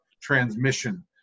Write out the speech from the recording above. transmission